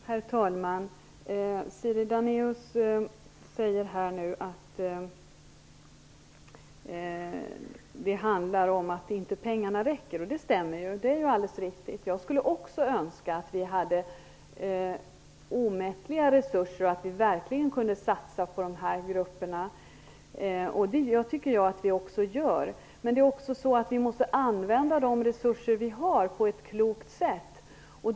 Herr talman! Siri Dannaeus säger att det handlar om att pengarna inte räcker. Det stämmer ju. Jag skulle också önska att vi hade omättliga resurser, så att vi verkligen kunde satsa på dessa grupper. Det tycker jag att vi också gör. Men vi måste också använda de resurser vi har på ett klokt sätt.